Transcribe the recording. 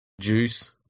Juice